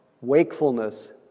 wakefulness